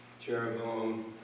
Jeroboam